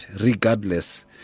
regardless